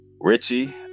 Richie